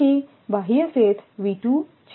કારણ કે બાહ્ય સેથછે